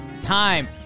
time